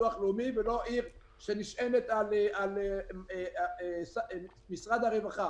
לביטוח לאומי ולא עיר שנשענת על משרד הרווחה.